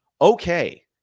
okay